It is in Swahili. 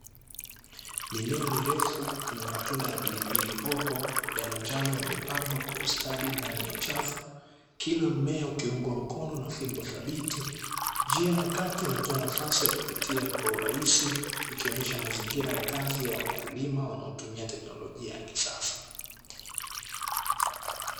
Mimea mirefu yenye matunda ya pilipili hoho ya manjano yamepangwa kwa ustadi ndani ya chafu. Kila mmea ukiungwa mkono na fimbo thabiti. Njia ya kati inatoa nafasi ya kupitia kwa urahisi ikionyesaha mazingira ya kazi ya wakulima wanaotumia teknolojia ya kisasa.